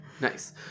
nice